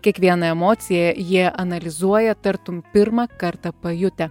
kiekvieną emociją jie analizuoja tartum pirmą kartą pajutę